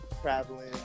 traveling